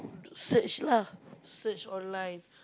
search lah search online